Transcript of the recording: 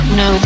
no